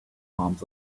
palms